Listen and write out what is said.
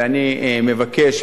ואני מבקש,